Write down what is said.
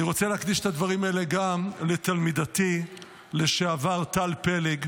אני רוצה להקדיש את הדברים האלה גם לתלמידתי לשעבר טל פלג,